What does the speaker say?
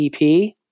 EP